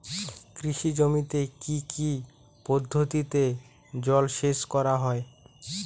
কৃষি জমিতে কি কি পদ্ধতিতে জলসেচ করা য়ায়?